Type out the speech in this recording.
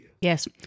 Yes